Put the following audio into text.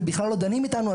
ובכלל לא דנים איתנו,